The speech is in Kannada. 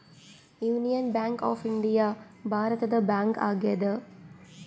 ಯೂನಿಯನ್ ಬ್ಯಾಂಕ್ ಆಫ್ ಇಂಡಿಯಾ ಭಾರತದ ಬ್ಯಾಂಕ್ ಆಗ್ಯಾದ